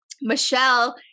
Michelle